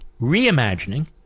reimagining